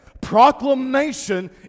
Proclamation